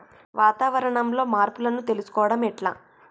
వాతావరణంలో మార్పులను తెలుసుకోవడం ఎట్ల?